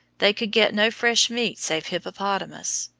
they could get no fresh meat save hippopotamus.